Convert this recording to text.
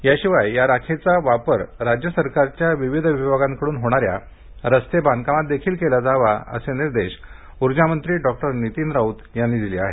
याशिवाय या राखेचा वापर राज्य सरकारच्या विविध विभागाकडून होणाऱ्या रस्ते बांधकामातही केला जावा असे निर्देश ऊर्जामंत्री डॉक्टर नीतीन राऊत यांनी दिले आहेत